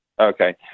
Okay